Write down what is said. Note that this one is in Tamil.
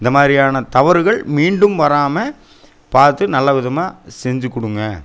இந்த மாதிரியான தவறுகள் மீண்டும் வராமல் பார்த்து நல்லவிதமாக செஞ்சு கொடுங்க